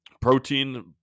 protein